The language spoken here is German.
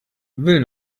will